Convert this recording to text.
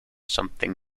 something